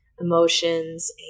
emotions